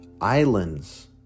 islands